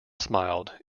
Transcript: smiled